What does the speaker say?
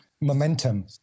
momentum